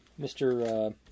Mr